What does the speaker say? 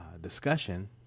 discussion